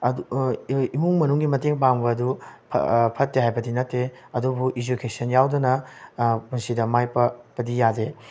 ꯑꯗꯨ ꯏꯃꯨꯡ ꯃꯅꯨꯡꯒꯤ ꯃꯇꯦꯡ ꯄꯥꯡꯕꯗꯨ ꯐꯠꯇꯦ ꯍꯥꯏꯕꯗꯤ ꯅꯠꯇꯦ ꯑꯗꯨꯕꯨ ꯏꯖꯨꯀꯦꯁꯟ ꯌꯥꯎꯗꯅ ꯄꯨꯟꯁꯤꯗ ꯃꯥꯏ ꯄꯥꯛꯄꯗꯤ ꯌꯥꯗꯦ